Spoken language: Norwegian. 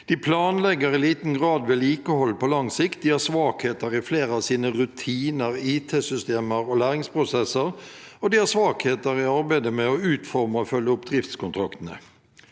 de planlegger i liten grad vedlikehold på lang sikt, de har svakheter i flere av sine rutiner, IT-systemer og læringsprosesser, og de har svakheter i arbeidet med å utforme og følge opp driftskontraktene.